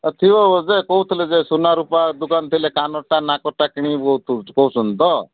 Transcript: ଥିବ ବୋଧେ ଯେ କହୁଥିଲେ ଯେ ସୁନା ରୂପା ଦୋକାନ ଥିଲେ କାନର'ଟା ନାକର'ଟା କିଣିବି କହୁଛନ୍ତି ତ